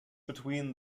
between